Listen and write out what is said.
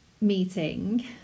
meeting